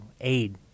aid